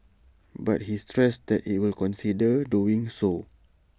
but he stressed that IT will consider doing so